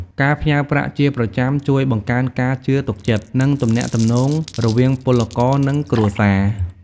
ការផ្ញើប្រាក់ជាប្រចាំជួយបង្កើនការជឿទុកចិត្ត និងទំនាក់ទំនងរវាងពលករ និងគ្រួសារ។